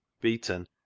beaten